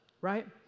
right